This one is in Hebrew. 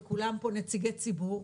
וכולם פה נציגי ציבור,